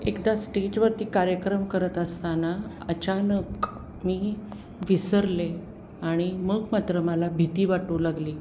एकदा स्टेजवरती कार्यक्रम करत असताना अचानक मी विसरले आणि मग मात्र मला भीती वाटू लागली